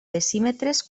decímetres